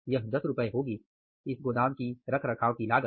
यह ₹10 होगी इस गोदाम की रखरखाव की लागत